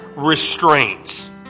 restraints